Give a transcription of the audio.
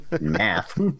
Math